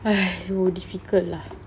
!aiyo! difficult lah